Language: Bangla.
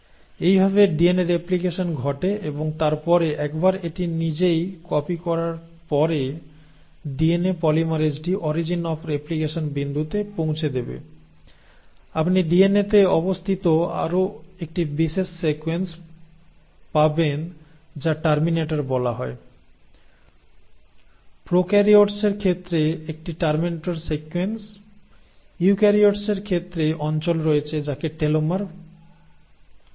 এইভাবে ডিএনএর রেপ্লিকেশন ঘটে এবং তারপরে একবার এটি নিজেই কপি করার পরে ডিএনএ পলিমেরেজটি অরিজিন অফ রেপ্লিকেশন বিন্দুতে পৌঁছে দেবে আপনি ডিএনএতে অবস্থিত আরও একটি বিশেষ সিকোয়েন্স পাবেন যা টার্মিনেটর বলা হয় প্রোকারিওটিসের ক্ষেত্রে একটি টার্মিনেটর সিকোয়েন্স ইউক্যারিওটসের ক্ষেত্রে অঞ্চল রয়েছে যাঁকে টেলোমার বলে